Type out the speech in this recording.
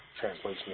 translation